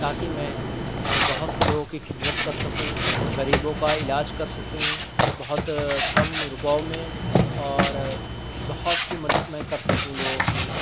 تاکہ میں بہت سے لوگوں کی خدمت کر سکوں غریبوں کا علاج کر سکوں بہت کم روپیوں میں اور بہت سی مدد میں کر سکوں لوگوں کی